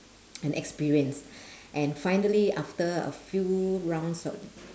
and experience and finally after a few rounds uh